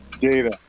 Data